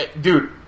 Dude